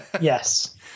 Yes